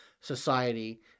society